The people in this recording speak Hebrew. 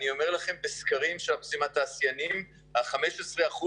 ובסקרים שאנחנו עושים עם תעשיינים ה-15%